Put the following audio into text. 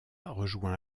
rejoint